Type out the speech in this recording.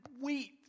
wheat